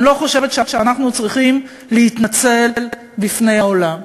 אני לא חושבת שאנחנו צריכים להתנצל בפני העולם,